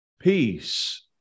Peace